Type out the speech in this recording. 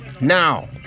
Now